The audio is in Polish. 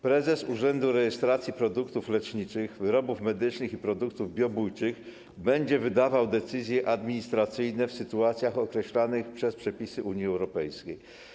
Prezes Urzędu Rejestracji Produktów Leczniczych, Wyrobów Medycznych i Produktów Biobójczych będzie wydawał decyzje administracyjne w sytuacjach określonych przez przepisy Unii Europejskiej.